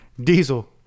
Diesel